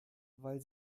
weil